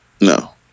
No